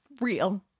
real